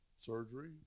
surgery